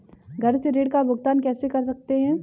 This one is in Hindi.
घर से ऋण का भुगतान कैसे कर सकते हैं?